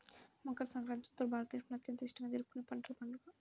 మకర సంక్రాంతి ఉత్తర భారతదేశంలో అత్యంత ఇష్టంగా జరుపుకునే పంటల పండుగ